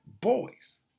boys